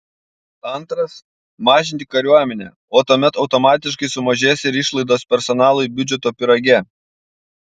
antras mažinti kariuomenę o tuomet automatiškai sumažės ir išlaidos personalui biudžeto pyrage